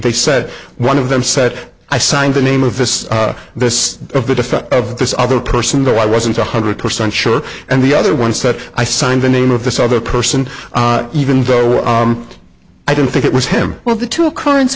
they said one of them said i signed the name of this of the defense of this other person though i wasn't one hundred percent sure and the other one said i signed the name of this other person even though i don't think it was him well the two occurrence